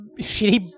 shitty